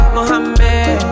Mohammed